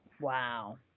Wow